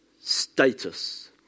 status